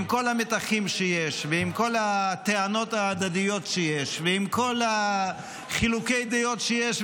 עם כל המתחים שיש ועם כל הטענות ההדדיות שיש ועם כל חילוקי הדעות שיש,